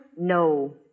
No